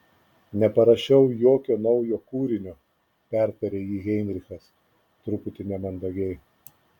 neparašiau jokio naujo kūrinio pertarė jį heinrichas truputį nemandagiai